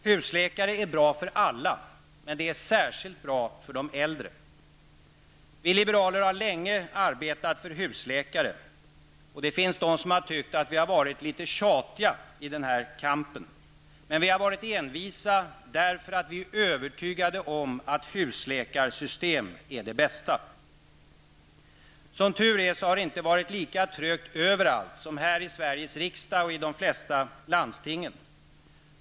Husläkare är bra för alla men särskilt bra för dem som är äldre. Vi liberaler har länge arbetat för husläkare. En del har tyckt att vi har varit tjatiga i denna kamp. Men vi har varit envisa därför att vi är så övertygade om att ett husläkarsystem är bäst. Som tur är har det inte varit lika trögt överallt som i Sveriges riksdag och i flertalet av våra landsting.